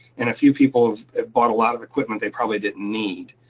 and a few people have bought a lot of equipment they probably didn't need.